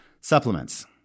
Supplements